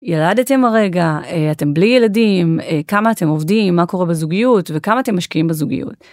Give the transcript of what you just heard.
ילדתם הרגע אתם בלי ילדים כמה אתם עובדים מה קורה בזוגיות וכמה אתם משקיעים בזוגיות.